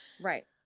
Right